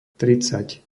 tridsať